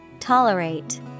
Tolerate